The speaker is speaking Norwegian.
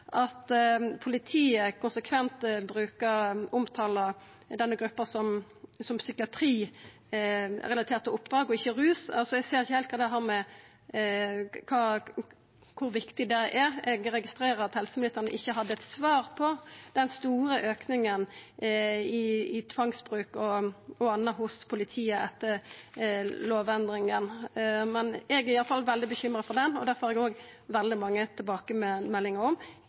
At politiet konsekvent omtalar denne gruppa som «psykiatrirelaterte oppdrag» og ikkje rusrelaterte – eg ser ikkje heilt kor viktig det er. Eg registrerer at helseministeren ikkje hadde svar på spørsmålet om den store auken i tvangsbruk og anna hos politiet etter lovendringa. Eg er i alle fall veldig bekymra for det, det får eg òg veldig mange tilbakemeldingar om. Senterpartiet har ikkje bestemt seg for om